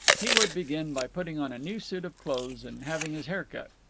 he would begin by putting on a new suit of clothes and having his hair cut.